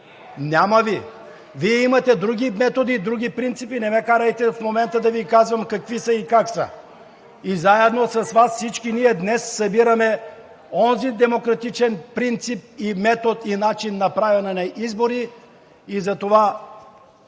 Няма Ви! Вие имате други методи и други принципи, не ме карайте в момента да Ви казвам какви са и как са. И заедно с Вас, всички ние днес събираме онзи демократичен принцип и метод, и начин на правене на избори, и затова